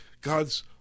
God's